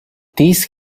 these